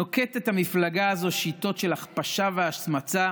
נוקטת המפלגה הזו שיטות של הכפשה והשמצה